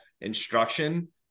instruction